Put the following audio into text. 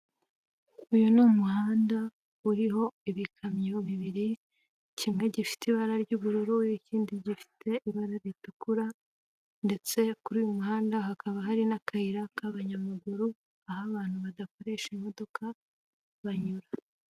Uyu ni umuhanda uriho ibikamyo bibiri, kimwe gifite ibara ry'ubururu n'i ikindi gifite ibara ritukura, ndetse kuri uyu muhanda hakaba hari n'akayira k'abanyamaguru aho abantu badakoresha imodoka banyura.